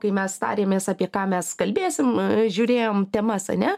kai mes tarėmės apie ką mes kalbėsim žiūrėjom temas ane